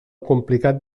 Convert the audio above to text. complicat